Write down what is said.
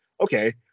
okay